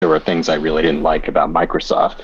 There were things I really didn't like about Microsoft.